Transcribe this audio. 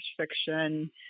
fiction